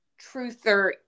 truther